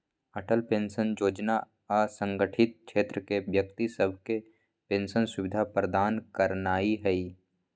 Atal pension जोजना असंगठित क्षेत्र के व्यक्ति सभके पेंशन सुविधा प्रदान करनाइ हइ